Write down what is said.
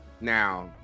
now